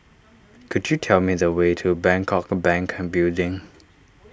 could you tell me the way to Bangkok Bank Building